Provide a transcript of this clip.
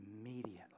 immediately